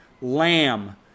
lamb